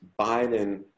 Biden